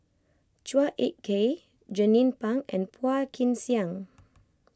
Chua Ek Kay Jernnine Pang and Phua Kin Siang